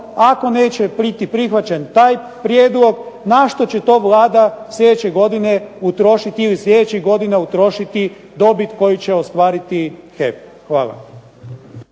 ako neće biti prihvaćen taj prijedlog, na što će to Vlada sljedeće godine utrošiti, ili sljedećih godina utrošiti dobit koju će ostvariti HEP. Hvala.